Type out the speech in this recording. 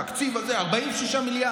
תקציב 46 מיליארד.